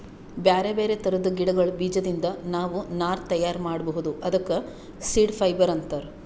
ಬ್ಯಾರೆ ಬ್ಯಾರೆ ಥರದ್ ಗಿಡಗಳ್ ಬೀಜದಿಂದ್ ನಾವ್ ನಾರ್ ತಯಾರ್ ಮಾಡ್ಬಹುದ್ ಅದಕ್ಕ ಸೀಡ್ ಫೈಬರ್ ಅಂತಾರ್